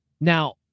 Now